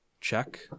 check